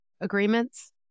agreements